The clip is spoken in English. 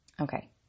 Okay